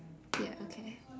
ya okay